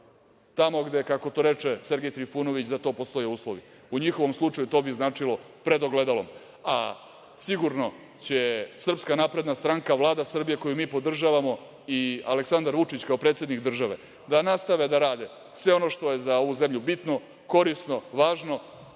tamo gde, kako to reče, Sergej Trifunović za to postoje uslove. U njihovom slučaju to bi značilo pred ogledalom, a sigurno će SNS, Vlada Srbije koju mi podržavamo i Aleksandar Vučić, kao predsednik države, da nastave da rade sve ono što je za ovu zemlju bitno, korisno, važno,